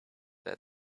their